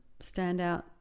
standout